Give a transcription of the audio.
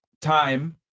time